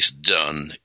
done